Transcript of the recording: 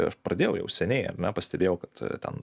aš pradėjau jau seniai ar ne pastebėjau kad ten